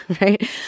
right